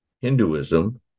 Hinduism